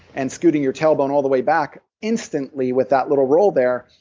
and scooting your tailbone all the way back instantly, with that little roll there,